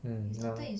mm ya